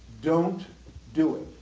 don't do it!